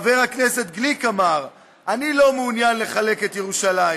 חבר הכנסת גליק אמר: אני לא מעוניין לחלק את ירושלים,